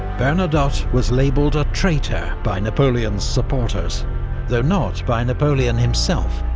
bernadotte was labelled a traitor by napoleon's supporters though not by napoleon himself.